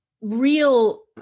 real